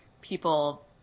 people